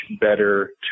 better